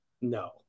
No